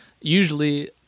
usually